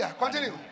Continue